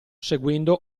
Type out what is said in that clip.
seguendo